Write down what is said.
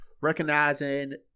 recognizing